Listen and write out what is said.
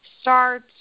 start